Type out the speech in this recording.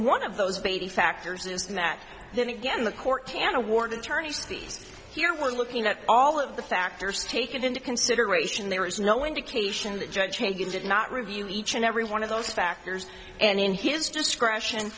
one of those baby factors is that then again the court can award attorney's fees here we're looking at all of the factors taken into consideration there is no indication that judge changes did not review each and every one of those factors and in his discretion